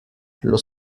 los